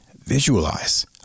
visualize